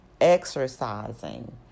exercising